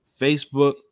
Facebook